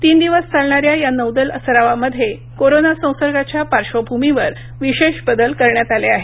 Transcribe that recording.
तीन दिवस चालणाऱ्या या नौदल सरावामध्ये कोरोना संसर्गाच्या पार्श्वभूमीवर विशेष बदल करण्यात आले आहेत